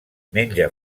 menja